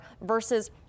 versus